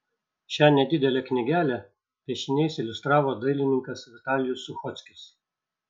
šią nedidelę knygelę piešiniais iliustravo dailininkas vitalijus suchockis